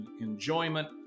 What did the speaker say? enjoyment